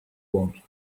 want